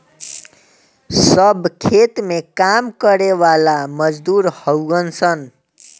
सब खेत में काम करे वाला मजदूर हउवन सन